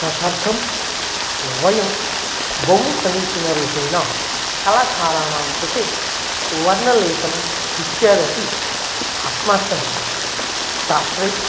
तदर्थं वयं बहु समीचीनरूपेण कलाकाराणां कृते वर्णलेपनम् इत्यादपि अस्माकं शास्त्रे